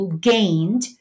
gained